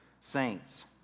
saints